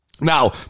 Now